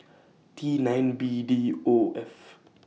T nine B D O F